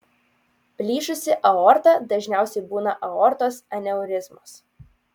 plyšusi aorta dažniausiai būna aortos aneurizmos